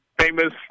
famous